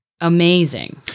amazing